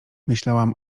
myślałam